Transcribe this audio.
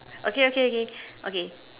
okay okay okay okay